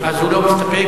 הוא לא מסתפק.